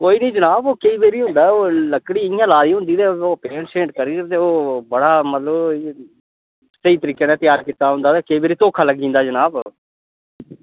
कोई नी जनाब केई बारी होई जंदा ओह् लक्कड़ी इयां लाई दी होंदी ते ओह् पेंट शेंट करियै दे ओह् बड़ा मतलब स्हेई तरीके नै त्यार कीती होंदा ते केई बारी धोखा लग्गी जंदा जनाब